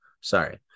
Sorry